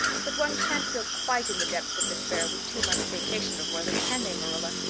but one can't feel quite in the depths of despair with two months' vacation before them, can they, marilla?